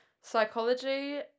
psychology